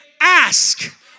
ask